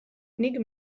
nik